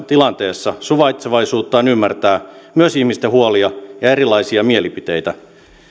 tilanteessa suvaitsevaisuutta on ymmärtää myös ihmisten huolia ja erilaisia mielipiteitä